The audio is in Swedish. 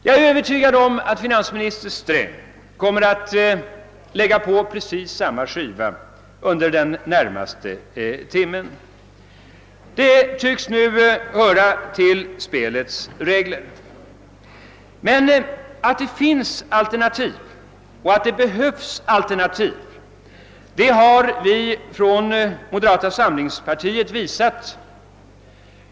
Jag är övertygad om att finansminister Sträng kommer att lägga på precis samma skiva under den närmaste timmen. Detta tycks nu höra till spelets regler. Men att det finns alternativ och att det behövs alternativ har vi från moderata samlingspartiet visat.